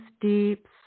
deep